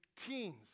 teens